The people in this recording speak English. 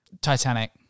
Titanic